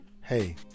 hey